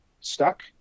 stuck